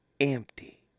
empty